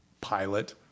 pilot